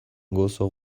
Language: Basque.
gozo